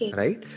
right